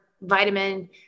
vitamin